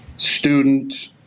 student